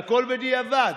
והכול בדיעבד.